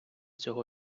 цього